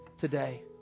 today